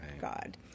God